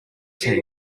teeth